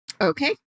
Okay